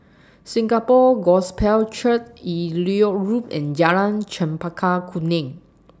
Singapore Gospel Church Elliot Road and Jalan Chempaka Kuning